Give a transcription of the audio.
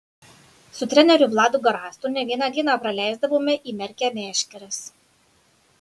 su treneriu vladu garastu ne vieną dieną praleisdavome įmerkę meškeres